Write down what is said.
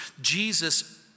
Jesus